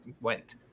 went